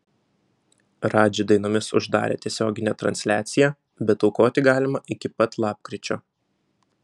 radži dainomis uždarė tiesioginę transliaciją bet aukoti galima iki pat lapkričio